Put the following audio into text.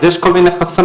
אז יש כל מיני חסמים.